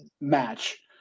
match